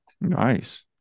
Nice